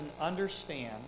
understand